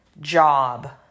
job